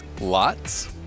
lots